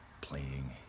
playing